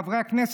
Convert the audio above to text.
חברי הכנסת.